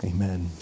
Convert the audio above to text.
Amen